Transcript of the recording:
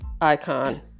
icon